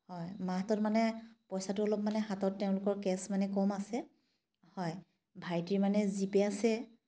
হয় মাঁহতত মানে পইচাটো অলপ মানে হাতত তেওঁলোকৰ কেছ মানে কম আছে হয় ভাইটিৰ মানে জি পে' আছে